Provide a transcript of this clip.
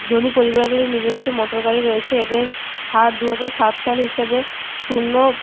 ধনী পরিবারগুলি নিজস্ব মোটর গাড়ি রয়েছে এদের হার দুহজার সাত সাল হিসাবে শূন্য